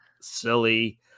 silly